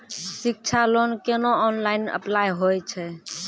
शिक्षा लोन केना online apply होय छै?